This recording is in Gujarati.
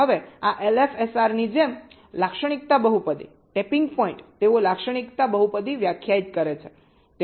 હવે આ એલએફએસઆરની જેમ લાક્ષણિકતા બહુપદી ટેપીંગ પોઈન્ટ તેઓ લાક્ષણિકતા બહુપદી વ્યાખ્યાયિત કરે છે